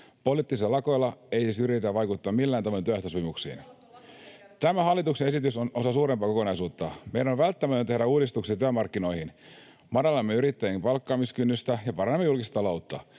Poliittisilla lakoilla ei siis yritetä vaikuttaa millään tavoin työehtosopimuksiin. [Li Anderssonin välihuuto] Tämä hallituksen esitys on osa suurempaa kokonaisuutta. Meidän on välttämätöntä tehdä uudistuksia työmarkkinoihin. Madallamme yrittäjien palkkaamiskynnystä ja parannamme julkista taloutta.